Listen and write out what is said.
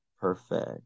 Perfect